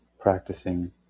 practicing